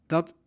Dat